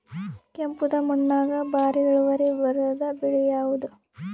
ಕೆಂಪುದ ಮಣ್ಣಾಗ ಭಾರಿ ಇಳುವರಿ ಬರಾದ ಬೆಳಿ ಯಾವುದು?